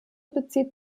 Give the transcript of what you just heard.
bezieht